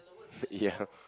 ya